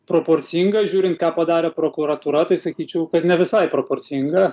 proporcinga žiūrint ką padarė prokuratūra tai sakyčiau kad ne visai proporcinga